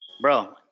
Bro